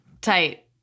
Tight